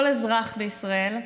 וכל אזרח בישראל,